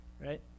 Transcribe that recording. right